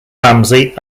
ramsey